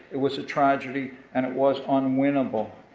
it was a tragedy, and it was unwinnable.